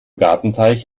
gartenteich